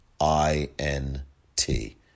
I-N-T